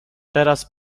teraz